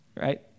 Right